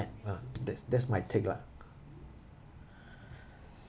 ah that's that's my take lah